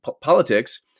politics